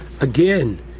Again